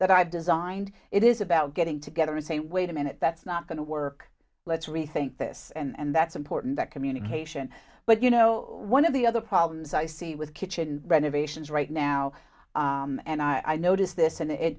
that i've designed it is about getting together to say wait a minute that's not going to work let's rethink this and that's important that communication but you know one of the other problems i see with kitchen renovations right now and i noticed this and it